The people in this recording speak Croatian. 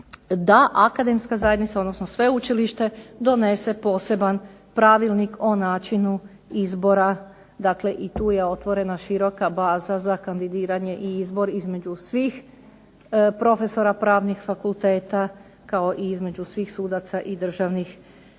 da akademska zajednica, odnosno sveučilište donese poseban pravilnik o načinu izbora. Dakle, i tu je otvorena široka baza za kandidiranje i izbor između svih profesora pravnih fakulteta kao i između svih sudaca i državnih